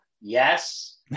Yes